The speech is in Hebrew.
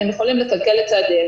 והם יכולים לכלכל את צעדיהם.